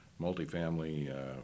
multifamily